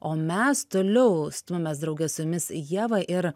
o mes toliau stumiamės drauge su jumis ieva ir